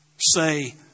say